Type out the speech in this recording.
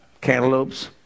cantaloupes